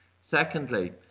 Secondly